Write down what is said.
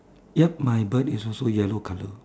ya my bird is also yellow colour